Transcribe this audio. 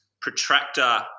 protractor